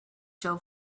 show